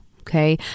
Okay